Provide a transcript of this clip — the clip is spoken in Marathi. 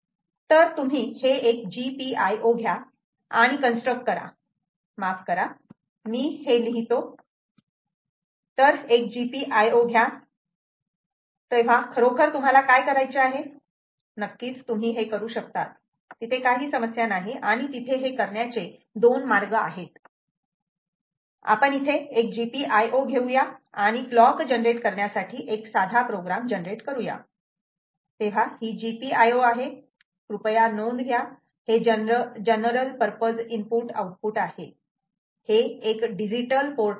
तर तुम्ही हे एक GPIO घ्या आणि कन्स्ट्रक्ट करा माफ करा मी हे लिहितो तर एक GPIO घ्या तेव्हा खरोखर तुम्हाला काय करायचे आहे नक्कीच तुम्ही हे करू शकतात तिथे काही समस्या नाही आणि तिथे हे करण्याचे दोन मार्ग आहेत आपण इथे एक GPIO घेऊया आणि क्लॉक जनरेट करण्यासाठी एक साधा प्रोग्राम जनरेट करूया तेव्हा ही GPIO आहे कृपया नोंद घ्या हे जनरल पर्पज इनपुट आउटपुट आहे हे एक डिजिटल पोर्ट आहे